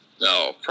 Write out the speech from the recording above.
No